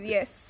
Yes